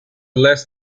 less